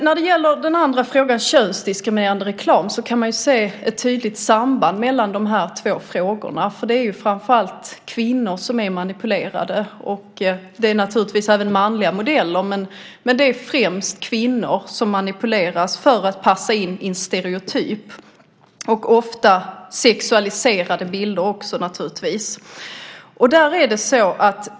När det gäller den andra frågan, den om könsdiskriminerande reklam, kan man se ett tydligt samband mellan dessa två frågor. Det är framför allt kvinnor som är manipulerade, även om det naturligtvis också finns manliga modeller. Främst är det dock kvinnliga modeller som manipuleras just för att passa in i en stereotyp form. Ofta är bilderna dessutom sexualiserade.